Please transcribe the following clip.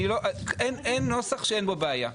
אין נוסח שאין בו בעיה.